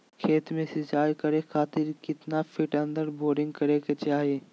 खेत में सिंचाई करे खातिर कितना फिट अंदर बोरिंग करे के चाही?